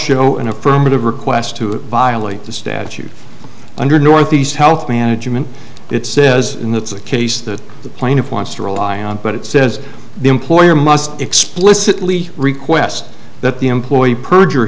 show an affirmative request to violate the statute under ne health management it says in that's a case that the plaintiff wants to rely on but it says the employer must explicitly request that the employee perjure